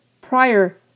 prior